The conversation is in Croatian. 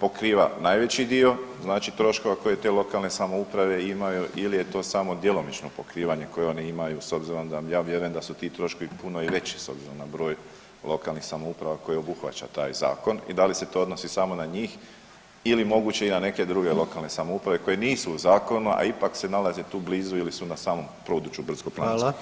pokriva najveći dio troškova koje te lokalne samouprave imaju ili je to samo djelomično pokrivanje koje one imaju s obzirom da ja vjerujem da su ti troškovi puno i veći s obzirom na broj lokalnih samouprava koje obuhvaća taj zakon i da se to odnosi samo na njih ili moguće i na neke druge lokalne samouprave koje nisu u zakonu, a ipak se nalaze tu blizu ili su na samom području brdsko-planinskom?